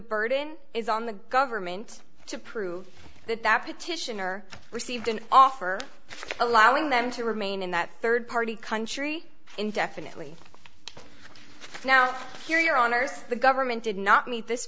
burden is on the government to prove that that petition or received an offer allowing them to remain in that third party country indefinitely now here on earth the government did not meet this